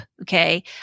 okay